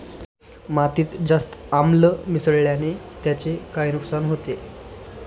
मातीत जास्त आम्ल मिसळण्याने त्याचे काय नुकसान होते?